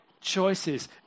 choices